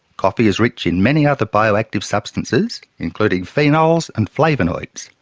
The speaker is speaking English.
coffee is rich in many other bioactive substances, including phenols and flavonoids.